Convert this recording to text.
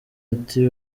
ati